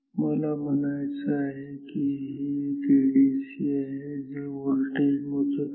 मला म्हणायचं आहे की हे एक एडीसी आहे जे व्होल्टेज मोजत आहे